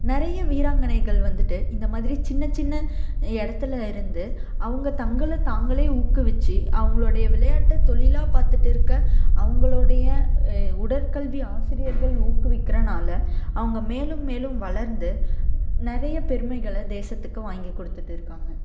நிறைய வீராங்கனைகள் வந்துட்டு இந்த மாதிரி சின்ன சின்ன இடத்துல இருந்து அவங்க தங்களை தாங்களே ஊக்குவித்து அவங்களுடைய விளையாட்டை தொழிலாக பார்த்துட்டு இருக்கற அவங்களோடைய உடற்கல்வி ஆசிரியர்கள் ஊக்குவிற்கிறனால் அவங்க மேலும் மேலும் வளர்ந்து நிறைய பெருமைகளை தேசத்துக்கு வாங்கி கொடுத்துட்டு இருக்காங்க